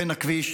בין הכביש,